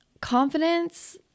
confidence